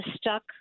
stuck